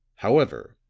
however,